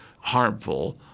harmful